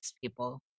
people